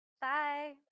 Bye